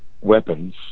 weapons